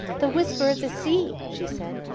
the whisper of the sea, she said.